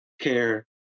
care